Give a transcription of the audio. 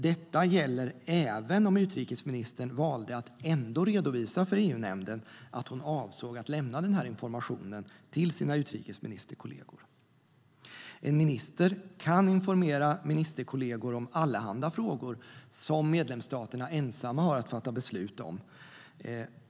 Detta gäller även om utrikesministern valde att ändå redovisa för EU-nämnden att hon avsåg att lämna denna information till sina utrikesministerkollegor. En minister kan informera ministerkollegor om allehanda frågor som medlemsstaterna ensamma har att fatta beslut om.